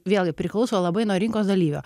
vėlgi priklauso labai nuo rinkos dalyvio